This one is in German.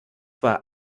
war